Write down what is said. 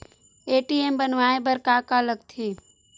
ATM बनवाय बर का का लगथे?